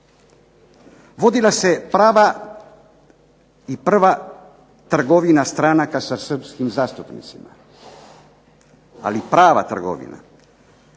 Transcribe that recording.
vodila se prava i prva trgovina stranaka sa srpskim zastupnicima, ali prava trgovina.